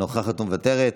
נוכחת ומוותרת,